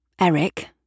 Eric